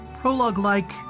prologue-like